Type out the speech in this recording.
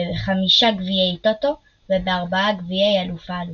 בחמישה גביעי טוטו ובארבעה גביעי אלוף האלופים.